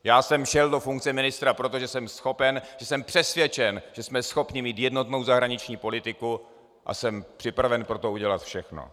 Já jsem šel do funkce ministra proto, že jsem přesvědčen, že jsme schopni mít jednotnou zahraniční politiku, a jsem připraven pro to udělat všechno.